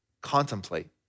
contemplate